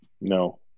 No